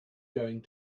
going